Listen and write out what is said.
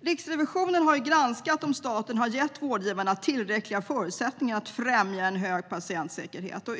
Riksrevisionen har granskat om staten har gett vårdgivarna tillräckliga förutsättningar att främja en hög patientsäkerhet.